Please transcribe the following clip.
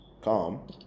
calm